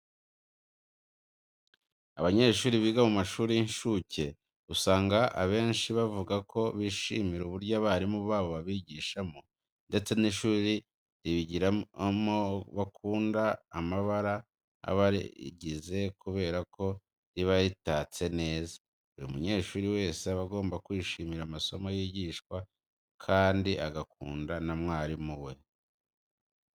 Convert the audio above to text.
Abanyeshuri biga mu mashuri y'incuke usanga abenshi bavuga ko bishimira uburyo abarimu babo babigishamo ndetse n'ishuri bigiramo bakunda amabara aba arigize kubera ko riba ritatse neza. Buri munyeshuri wese aba agomba kwishimira amasomo yigishwa kandi agakunda na mwarimu we.